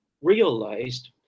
realized